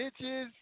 bitches